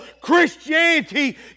Christianity